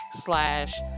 slash